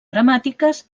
gramàtiques